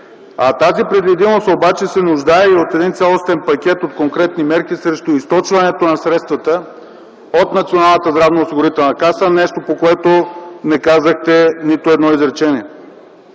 Тази предвидимост обаче се нуждае от цялостен пакет от конкретни мерки срещу източването на средствата от Националната здравноосигурителна каса – нещо, по което не казахте нито едно изречение.